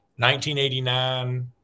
1989